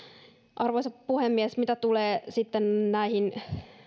arvoisa puhemies mitä tulee sitten näihin